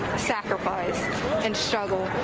sacrifice and struggles,